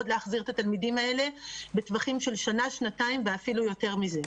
להחזיר את התלמידים האלה בטווחים של שנה-שנתיים ואפילו יותר מזה.